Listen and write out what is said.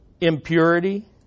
impurity